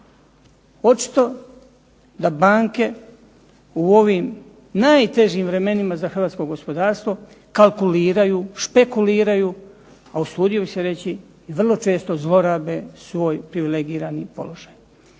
Očito da banke u ovim najtežim vremenima za hrvatsko gospodarstvo kalkuliraju, špekuliraju a usudio bih se reći i vrlo često zlorabe svoj privilegirani položaj.